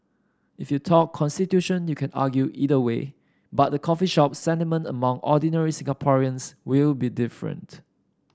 if you talk constitution you can argue either way but the coffee shop sentiment among ordinary Singaporeans will be different